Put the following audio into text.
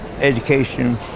education